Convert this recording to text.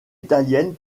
italienne